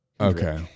Okay